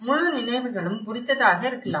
முழு நினைவுகளும் உரித்ததாக இருக்கலாம்